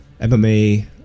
MMA